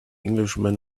englishman